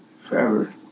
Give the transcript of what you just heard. forever